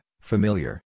familiar